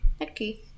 Okay